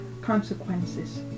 consequences